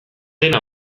dena